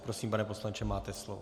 Prosím, pane poslanče, máte slovo.